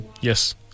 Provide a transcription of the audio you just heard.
Yes